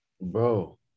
Bro